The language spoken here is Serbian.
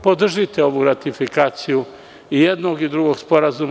Podržite ovu ratifikaciju i jednog i drugog sporazuma.